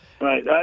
Right